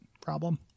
problem